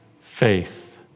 faith